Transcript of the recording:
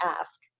ask